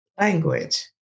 language